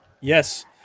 yes